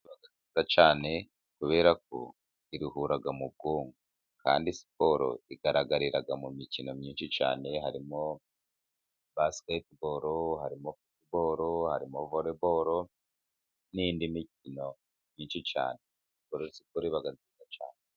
Siporo iba nziza cyane kubera ko iruhura mu bwonko, kandi siporo igaragarira mu mikino myinshi cyane, harimo basiketiboro harimo futuboro hari na voreboro, n'indi mikino myinshi cyane. Rero siporo iba nziza cyane.